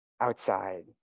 Outside